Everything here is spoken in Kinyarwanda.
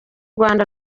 rwanda